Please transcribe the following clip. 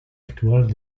actual